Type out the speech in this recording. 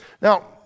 Now